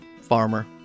Farmer